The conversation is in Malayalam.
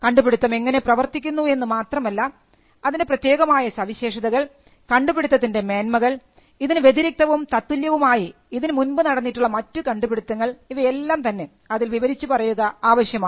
കണ്ടുപിടുത്തം എങ്ങനെ പ്രവർത്തിക്കുന്നു എന്ന് മാത്രമല്ല അതിൻറെ പ്രത്യേകമായ സവിശേഷതകൾ കണ്ടുപിടിത്തത്തിൻറെ മേന്മകൾ ഇതിനു വ്യതിരിക്തവും തത്തുല്യവും ആയി ഇതിനുമുൻപ് നടന്നിട്ടുള്ള മറ്റു കണ്ടുപിടുത്തങ്ങൾ ഇവയെല്ലാംതന്നെ അതിൽ വിവരിച്ച് പറയുക ആവശ്യമാണ്